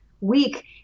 week